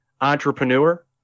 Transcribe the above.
entrepreneur